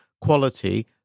quality